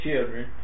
children